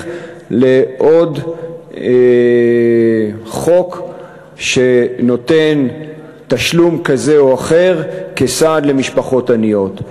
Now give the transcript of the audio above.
לעוד חוק שנותן תשלום כזה או אחר כסעד למשפחות עניות.